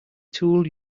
tool